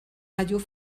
radios